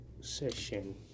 session